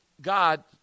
God